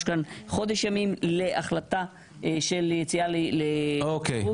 כאן חודש ימים להחלטה של יציאה לנבצרות ולכן --- אוקיי.